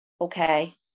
okay